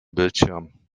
bildschirm